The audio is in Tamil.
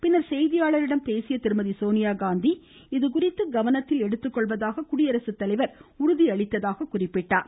பின்னர் செய்தியாளர்களிடம் பேசிய திருமதி சோனியா காந்தி இதுகுறித்து கவனத்தில் எடுத்துக்கொள்வதாக குடியரசு தலைவர் உறுதி அளித்ததாகவும் தெரிவித்தார்